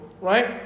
right